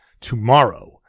tomorrow